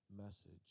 message